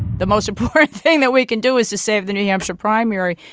the most important thing that we can do is to save the new hampshire primary,